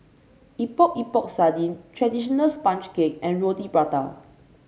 Epok Epok Sardin traditional sponge cake and Roti Prata